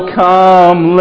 come